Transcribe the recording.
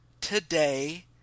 today